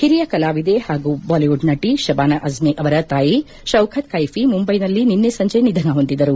ಹಿರಿಯ ಕಲಾವಿದೆ ಹಾಗೂ ಬಾಲಿವುಡ್ ನಟಿ ಶಬಾನಾ ಅಜ್ಜಿ ಅವರ ತಾಯಿ ಶೌಖತ್ ಕೈಫಿ ಮುಂದೈನಲ್ಲಿ ನಿನ್ನೆ ಸಂಜೆ ನಿಧನ ಹೊಂದಿದರು